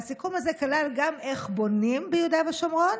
והסיכום הזה כלל גם איך בונים ביהודה ושומרון